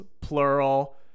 plural